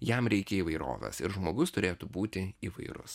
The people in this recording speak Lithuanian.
jam reikia įvairovės ir žmogus turėtų būti įvairus